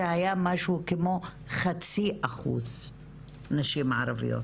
זה היה משהו כמו 0.5% נשים ערביות.